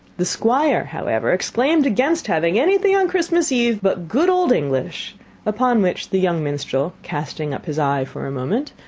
the squire, however, exclaimed against having anything on christmas eve but good old english upon which the young minstrel, casting up his eye for a moment,